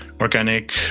organic